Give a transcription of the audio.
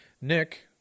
Nick